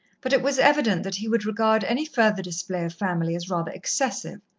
but it was evident that he would regard any further display of family as rather excessive,